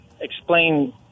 explain